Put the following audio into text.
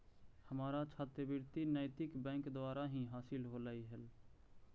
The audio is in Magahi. हमारा छात्रवृति नैतिक बैंक द्वारा ही हासिल होलई हल